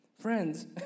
Friends